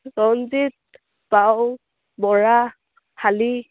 ৰঞ্জিত বাউ বৰা শালি